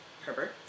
Herbert